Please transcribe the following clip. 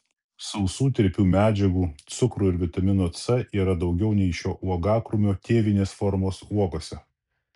sausų tirpių medžiagų cukrų ir vitamino c yra daugiau nei šio uogakrūmio tėvinės formos uogose